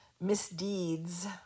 misdeeds